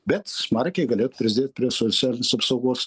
bet smarkiai galėtų prisidėt prie socialinės apsaugos